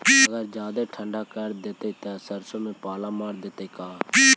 अगर जादे ठंडा कर देतै तब सरसों में पाला मार देतै का?